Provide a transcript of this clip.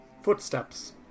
Footsteps